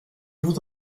vous